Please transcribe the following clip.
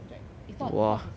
it's not it's not his [one]